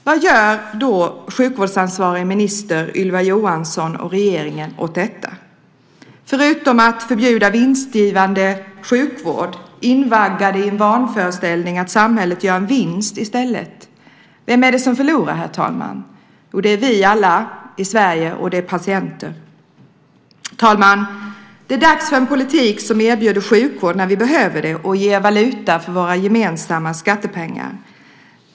Vad gör då den sjukvårdsansvariga ministern Ylva Johansson och regeringen åt detta, förutom att förbjuda vinstdrivande sjukvård, invaggade i vanföreställningen att samhället gör en vinst i stället? Vem är det som förlorar, herr talman? Jo, det är vi alla i Sverige, och det är patienterna. Herr talman! Det är dags för en politik som erbjuder sjukvård när vi behöver det och ger valuta för våra gemensamma skattepengar.